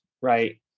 right